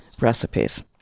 recipes